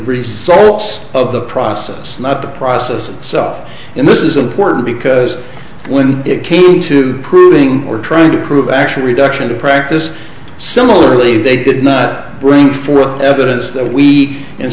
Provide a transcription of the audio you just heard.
salts of the process not the process itself and this is important because when it came to proving or trying to prove actual reduction to practice similarly they did not bring forth evidence that we in